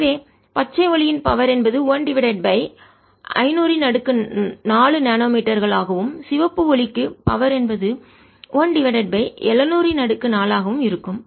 எனவே பச்சை ஒளியின் பவர் சக்தி என்பது 1 டிவைடட் பை 500 4 நானோ மீட்டர்கள் ஆகவும் சிவப்பு ஒளிக்கு பவர் சக்தி என்பது 1 டிவைடட் பை 700 4 ஆக இருக்கும்